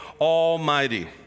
Almighty